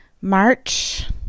march